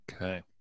Okay